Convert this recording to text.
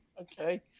Okay